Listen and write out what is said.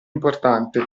importante